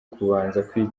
kubanza